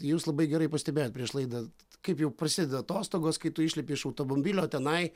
jūs labai gerai pastebėjot prieš laidą kaip jau prasideda atostogos kai tu išlipi iš automobilio tenai